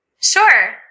Sure